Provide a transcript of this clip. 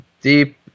deep